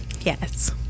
yes